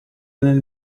nel